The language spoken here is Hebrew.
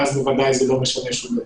ואז ודאי זה לא משנה דבר.